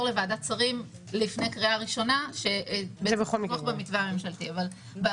לוועדת שרים לפני קריאה ראשונה --- במתווה שיושג.